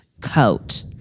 coat